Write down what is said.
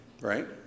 right